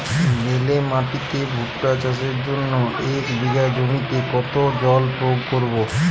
বেলে মাটিতে ভুট্টা চাষের জন্য এক বিঘা জমিতে কতো জল প্রয়োগ করব?